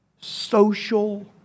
Social